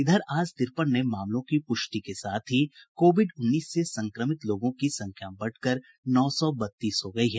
इधर आज तिरपन नये मामलों की पूष्टि के साथ ही कोविड उन्नीस से संक्रमितों लोगों की संख्या बढ़कर नौ सौ बत्तीस हो गयी है